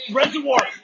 reservoir